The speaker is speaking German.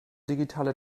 digitale